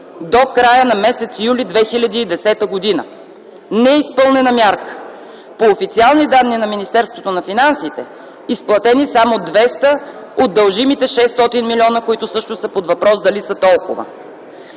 до края на м. юли 2010 г. Неизпълнена мярка. По официални данни на Министерството на финансите са изплатени само 200 от дължимите 600 млн. лв., които също са под въпрос – дали са толкова.